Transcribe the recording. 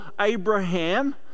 Abraham